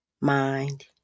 mind